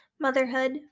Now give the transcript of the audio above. motherhood